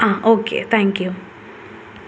ആ okay thank you